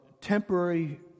temporary